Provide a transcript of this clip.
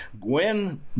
Gwen